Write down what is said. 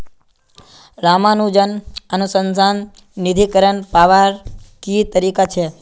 रामानुजन अनुसंधान निधीकरण पावार की तरीका छे